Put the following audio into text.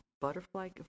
butterfly